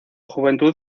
juventud